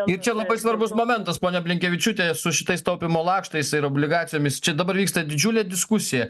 ir čia labai svarbus momentas ponia blinkevičiūte su šitais taupymo lakštais ir obligacijomis čia dabar vyksta didžiulė diskusija